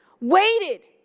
waited